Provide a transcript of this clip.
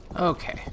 Okay